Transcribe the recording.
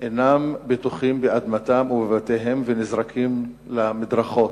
אינם בטוחים באדמתם ובבתיהם ונזרקים למדרכות,